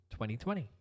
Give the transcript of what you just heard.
2020